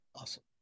Awesome